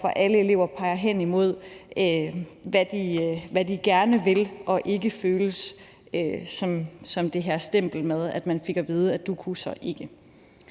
der for alle elever peger hen imod, hvad de gerne vil, og ikke føles som det her stempel, hvor man fik at vide, at man ikke